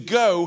go